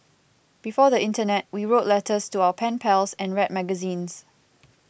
before the internet we wrote letters to our pen pals and read magazines